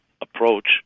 approach